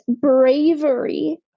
bravery